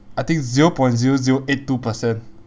I think zero point zero zero eight two percent